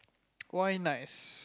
why nice